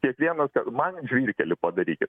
kiekvienas man žvyrkelį padarykit